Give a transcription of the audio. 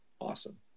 awesome